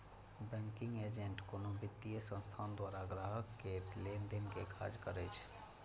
banking agent कोनो वित्तीय संस्थान द्वारा ग्राहक केर लेनदेन के काज करै छै